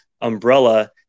umbrella